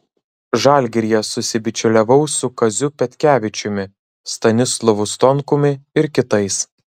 žalgiryje susibičiuliavau su kaziu petkevičiumi stanislovu stonkumi ir kitais